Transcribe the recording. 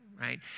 right